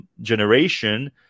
generation